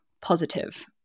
positive